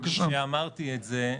כשאמרתי את זה,